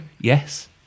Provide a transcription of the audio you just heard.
Yes